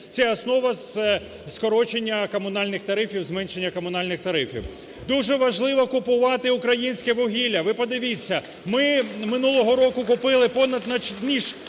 тарифів, зменшення комунальних тарифів. Дуже важливо купувати українське вугілля. Ви подивіться, ми минулого року купили більше ніж